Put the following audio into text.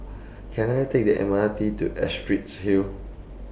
Can I Take The M R T to Astrid Hill